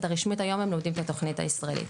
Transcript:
הרשמית היום לומדים את התכנית הישראלית,